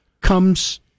comes